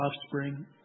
offspring